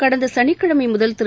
கடந்த சனிக்கிழமை முதல் திரு